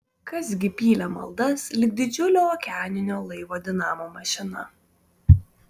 kas gi pylė maldas lyg didžiulio okeaninio laivo dinamo mašina